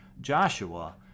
joshua